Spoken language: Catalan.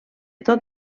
tot